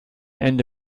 ende